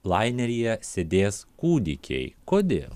laineryje sėdės kūdikiai kodėl